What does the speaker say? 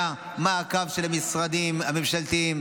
היה מעקב של המשרדים הממשלתיים.